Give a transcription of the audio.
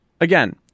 again